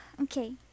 Okay